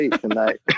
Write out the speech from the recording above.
tonight